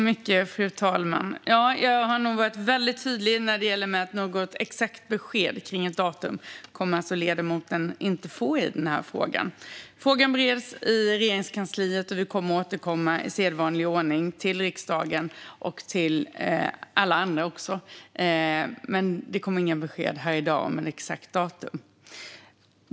Fru talman! Jag har nog varit tydlig med att ledamoten inte kommer att få något exakt besked om ett datum i den här frågan. Frågan bereds i Regeringskansliet, och vi kommer att återkomma i sedvanlig ordning till riksdagen och till alla andra också. Men det kommer inga besked här i dag om ett exakt datum.